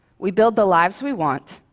we build the lives we want,